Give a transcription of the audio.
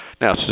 Now